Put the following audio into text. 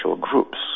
groups